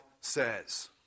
says